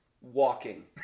Walking